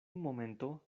momento